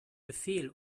befehl